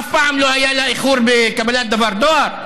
אף פעם לא היה לה איחור בקבלת דבר דואר?